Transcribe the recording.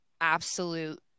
absolute